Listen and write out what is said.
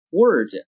word